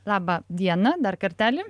laba diena dar kartelį